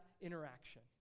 interaction